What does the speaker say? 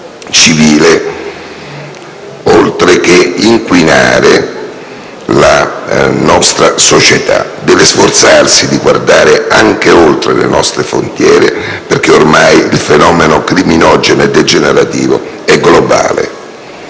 civile, oltre ad inquinare la nostra società. La Commissione deve sforzarsi di guardare anche oltre le nostre frontiere, perché ormai il fenomeno criminogeno e degenerativo è globale.